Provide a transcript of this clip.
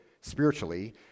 spiritually